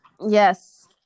yes